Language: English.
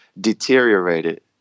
deteriorated